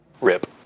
rip